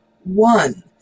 one